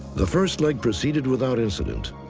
the first leg proceeded without incident.